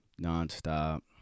Non-stop